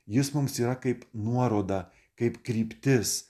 jis mums yra kaip nuoroda kaip kryptis